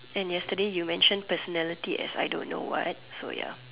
and yesterday you mention personality as I don't know what so ya